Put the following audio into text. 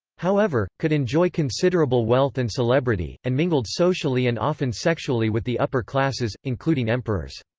however, could enjoy considerable wealth and celebrity, and mingled socially and often sexually with the upper classes, including emperors.